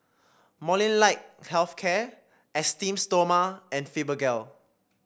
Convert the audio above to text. Molnylcke Health Care Esteem Stoma and Fibogel